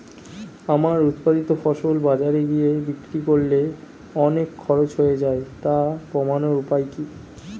আমার উৎপাদিত ফসল বাজারে গিয়ে বিক্রি করলে অনেক খরচ হয়ে যায় তা কমানোর উপায় কি?